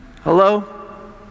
Hello